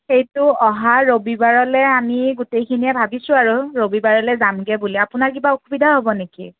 সেইটো অহা ৰবিবাৰলৈ আমি গোটেইখিনিয়ে ভাবিছোঁ আৰু ৰবিবাৰলৈ যামগৈ বুলি আপোনাৰ কিবা অসুবিধা হ'ব নেকি